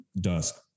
dusk